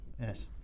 Yes